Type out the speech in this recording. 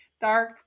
dark